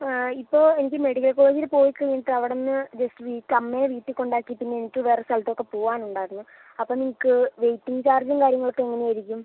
ഇപ്പോൾ എനിക്ക് മെഡിക്കൽ കോളേജില് പോയി കഴിഞ്ഞിട്ട് അവിടുന്ന് ജസ്റ്റ് മിനിറ്റ് അമ്മയെ വീട്ടിൽ കൊണ്ടാക്കീട്ട് എനിക്ക് വേറെ സ്ഥലത്ത് ഒക്കെ പോവാൻ ഉണ്ടായിരുന്നു അപ്പോൾ നിങ്ങൾക്ക് വെയ്റ്റിംഗ് ചാർജും കാര്യങ്ങൾ ഒക്കെ എങ്ങനെ ആയിരിക്കും